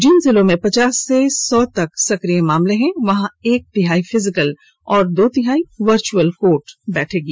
जिन जिलों में पचास से सौ तक सक्रिय केस हैं वहां एक तिहाई फिजिकल और दो तिहाई वर्चुअल कोर्ट बैठेगी